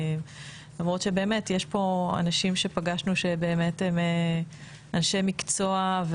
למרות שבאמת יש פה אנשים שהם אנשי מקצוע,